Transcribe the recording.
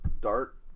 dart